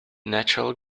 natural